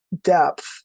depth